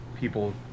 people